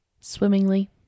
Swimmingly